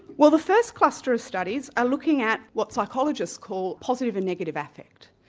well the first cluster of studies are looking at what psychologists call positive and negative affect.